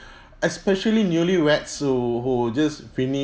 especially newly weds who who just